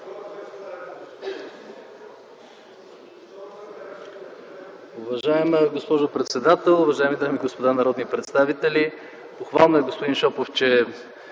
Уважаема госпожо председател, уважаеми дами и господа народни представители! Господин Шопов,